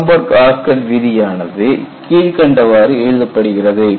Ramberg Osgood விதியானது கீழ்கண்டவாறு எழுதப்படுகிறது